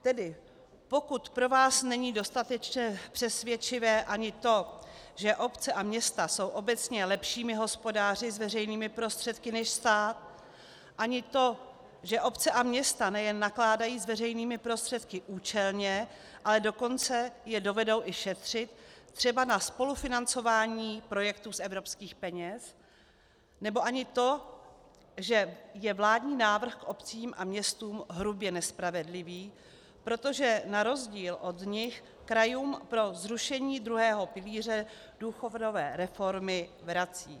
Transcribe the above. Tedy pro vás není dostatečně přesvědčivé ani to, že obce a města jsou obecně lepšími hospodáři s veřejnými prostředky než stát, ani to, že obce a města nejen nakládají s veřejnými prostředky účelně, ale dokonce je dovedou i šetřit, třeba na spolufinancování projektů z evropských peněz, nebo ani to, že je vládní návrh k obcím a městům hrubě nespravedlivý, protože na rozdíl od nich krajům pro zrušení druhého pilíře důchodové reformy vrací;